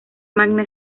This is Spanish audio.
magna